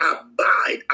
abide